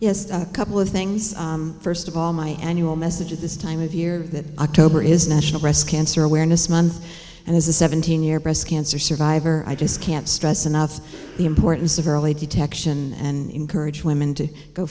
yes a couple of things first of all my annual message is this time of year that october is national breast cancer awareness month and as a seventeen year breast cancer survivor i just can't stress enough the importance of early detection and encourage women to go